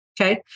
Okay